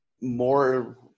More